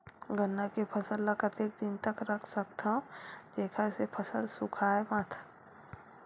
गन्ना के फसल ल कतेक दिन तक रख सकथव जेखर से फसल सूखाय मत?